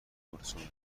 کلثومه